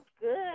good